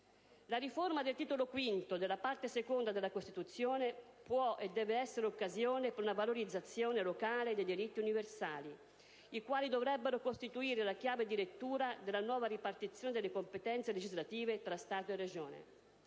La riforma del titolo V della parte II della Costituzione può e deve essere occasione per una valorizzazione locale dei diritti universali, i quali dovrebbero costituire la chiave di lettura della nuova ripartizione delle competenze legislative tra Stato e Regioni.